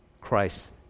Christ